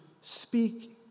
speak